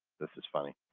this is funny.